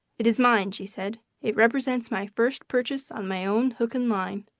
it is mine, she said. it represents my first purchase on my own hook and line.